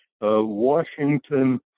Washington